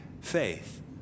faith